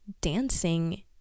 dancing